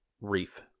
Reef